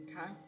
okay